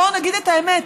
בואו נגיד את האמת,